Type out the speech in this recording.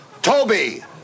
Toby